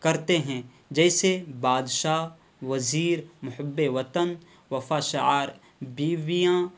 کرتے ہیں جیسے بادشاہ وزیر محب وطن وفا شعار بیویاں